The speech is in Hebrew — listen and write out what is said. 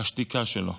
השתיקה שלו.